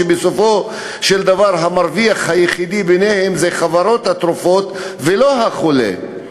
שבסופו של דבר המרוויח היחידי מהן זה חברות התרופות ולא החולה,